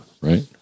right